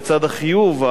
בצד החיוב,